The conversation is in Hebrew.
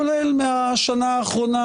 כולל מהשנה האחרונה,